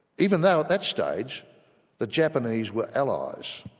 even though at that stage the japanese were allies.